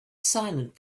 silent